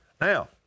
Now